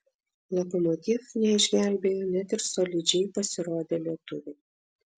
lokomotiv neišgelbėjo net ir solidžiai pasirodę lietuviai